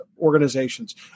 organizations